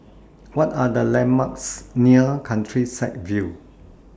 What Are The landmarks near Countryside View